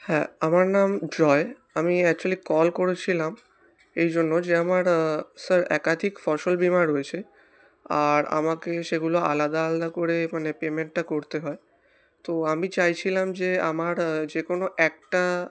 হ্যাঁ আমার নাম জয় আমি অ্যাকচুয়ালি কল করেছিলাম এই জন্য যে আমার স্যার একাধিক ফসল বিমা রয়েছে আর আমাকে সেগুলো আলাদা আলাদা করে মানে পেমেন্টটা করতে হয় তো আমি চাইছিলাম যে আমার যে কোনো একটা